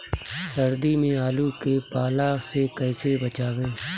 सर्दी में आलू के पाला से कैसे बचावें?